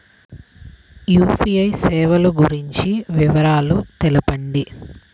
UPI సేవలు గురించి వివరాలు తెలుపండి?